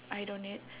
eyed on it